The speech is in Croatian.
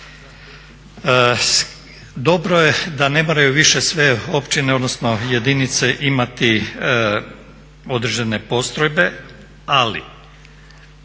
Dobro je da ne moraju više sve općine, odnosno jedinice imati određene postrojbe. Ali,